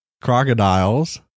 Crocodiles